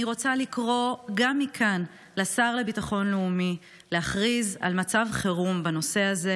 אני רוצה לקרוא מכאן לשר לביטחון לאומי להכריז על מצב חירום בנושא הזה,